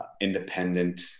independent